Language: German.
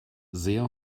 sehr